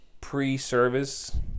pre-service